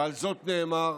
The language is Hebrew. ועל זאת נאמר